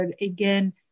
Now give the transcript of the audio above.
again